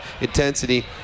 intensity